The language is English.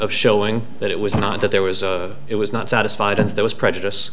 of showing that it was not that there was it was not satisfied and there was prejudice